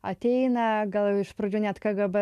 ateina gal iš pradžių net kgb